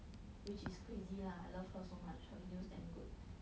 which is crazy lah I love her so much her videos damn good